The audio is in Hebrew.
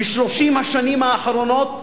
ב-30 השנים האחרונות הליכוד,